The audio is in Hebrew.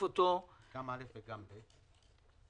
(קופת גמל) (העברת כספים בין קופות גמל)